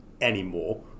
anymore